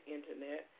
Internet